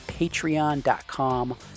patreon.com